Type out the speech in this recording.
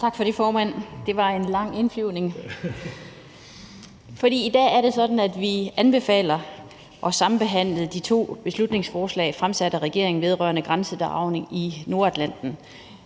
Tak for det, formand. Det var en lang indflyvning. For i dag er det sådan, at vi anbefaler at sambehandle de to beslutningsforslag fremsat af regeringen vedrørende grænsedragning i Nordatlanten.